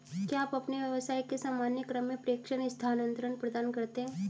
क्या आप अपने व्यवसाय के सामान्य क्रम में प्रेषण स्थानान्तरण प्रदान करते हैं?